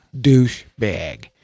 Douchebag